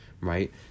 right